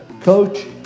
coach